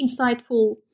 insightful